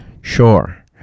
Sure